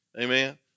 Amen